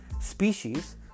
species